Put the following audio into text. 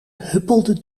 huppelde